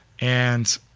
and